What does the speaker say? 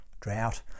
Drought